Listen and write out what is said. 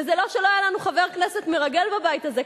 וזה לא שלא היה לנו חבר כנסת מרגל בבית הזה,